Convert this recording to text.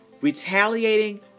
retaliating